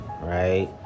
right